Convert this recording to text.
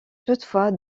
toutefois